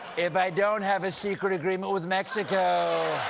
if i don't have a secret agreement with mexico,